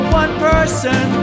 one-person